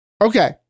Okay